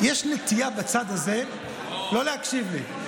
יש נטייה בצד הזה לא להקשיב לי.